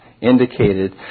indicated